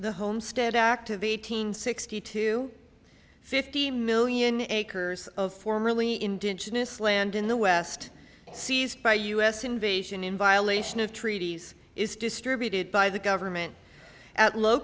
the homestead act of eight hundred sixty two fifty million acres of formerly indigenous land in the west seized by u s invasion in violation of treaties is distributed by the government at low